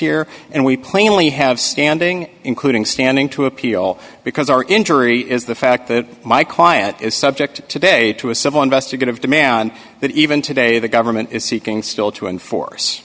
here and we plainly have standing including standing to appeal because our injury is the fact that my client is subject today to a civil investigative demand that even today the government is seeking still to enforce